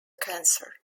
cancer